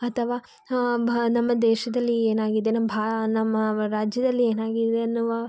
ಅಥವಾ ಭ ನಮ್ಮ ದೇಶದಲ್ಲಿ ಏನಾಗಿದೆ ನಮ್ಮ ಭಾ ನಮ್ಮ ರಾಜ್ಯದಲ್ಲಿ ಏನಾಗಿದೆ ಎನ್ನುವ